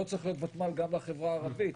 לא צריך להיות ותמ"ל גם בחברה הערבית,